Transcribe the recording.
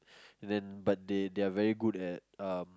then but they they are very good at um